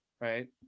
right